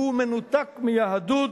הוא מנותק מיהדות,